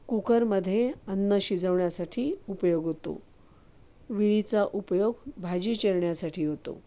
कुकरमध्ये अन्न शिजवण्यासाठी उपयोग होतो विळीचा उपयोग भाजी चिरण्यासाठी होतो